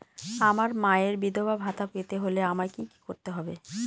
আমার মায়ের বিধবা ভাতা পেতে হলে আমায় কি কি করতে হবে?